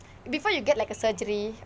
before you get like a surgery